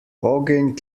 ogenj